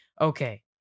Okay